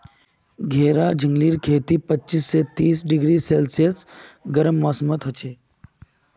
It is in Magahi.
घेरा झिंगलीर खेती पच्चीस स तीस डिग्री सेल्सियस गर्म मौसमत हछेक